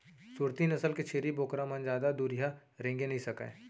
सूरती नसल के छेरी बोकरा मन जादा दुरिहा रेंगे नइ सकय